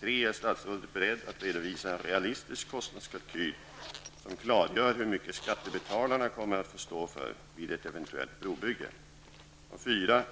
3. Är statsrådet beredd att redovisa en realistisk kostnadskalkyl som klargör hur mycket skattebetalarna kommer att få stå för vid ett eventuellt brobrygge? 4.